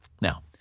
Now